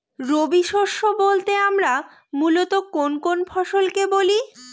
রবি শস্য বলতে আমরা মূলত কোন কোন ফসল কে বলি?